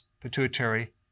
pituitary